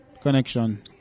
connection